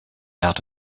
out